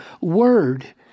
word